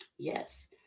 yes